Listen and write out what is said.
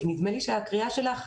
נדמה לי שהקריאה שלך,